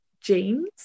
jeans